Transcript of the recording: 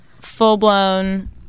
full-blown